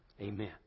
Amen